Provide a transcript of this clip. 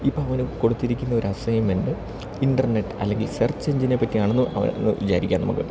ഇപ്പം അവന് കൊടുത്തിരിക്കുന്ന ഒരസൈൻമെൻറ്റ് ഇൻറ്റർനെറ്റ് അല്ലെങ്കിൽ സെർച്ച് എഞ്ചിനെ പറ്റിയാണെന്ന് വിചാരിക്കാം നമുക്ക്